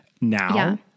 now